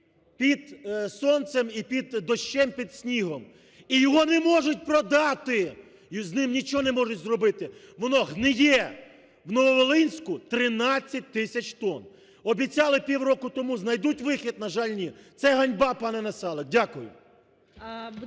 під сонцем, і під дощем, під снігом. І його не можуть продати, і з ним нічого не можуть зробити, воно гниє в Нововолинську, 13 тисяч тонн. обіцяли півроку тому: знайдуть вихід. На жаль, ні. Це ганьба, пане Насалик. Дякую.